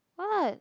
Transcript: what